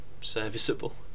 serviceable